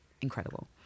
incredible